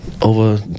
Over